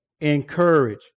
encourage